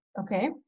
Okay